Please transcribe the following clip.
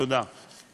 תודה.